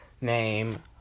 name